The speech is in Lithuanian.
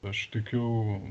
aš tikiu